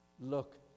Look